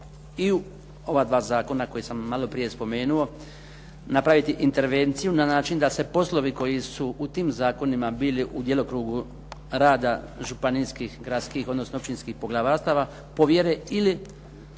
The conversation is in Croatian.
i u ova dva zakona koja sam malo prije napomenuo napraviti intervenciju na način da se poslovi koji su u tim zakonima bili u djelokrugu rada županijskih, gradskih, odnosno općinskih poglavarstava povjere ili